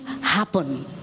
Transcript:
happen